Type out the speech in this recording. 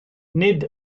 nid